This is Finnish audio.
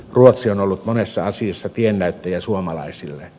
ruotsi on ollut monessa asiassa tiennäyttäjä suomalaisille